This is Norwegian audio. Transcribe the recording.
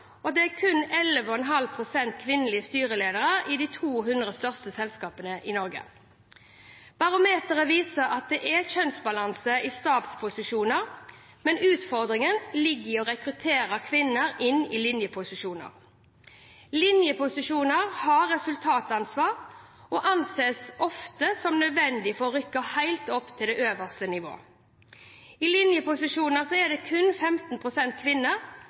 og det er kun 11,5 pst. kvinnelige styreledere i de 200 største selskapene i Norge. Barometeret viser at det er kjønnsbalanse i stabsposisjoner, men utfordringen ligger i å rekruttere kvinner inn i linjeposisjoner. Linjeposisjoner har resultatansvar og anses ofte som nødvendig for å rykke helt opp til øverste nivå. I linjeposisjoner er det kun 15 pst. kvinner.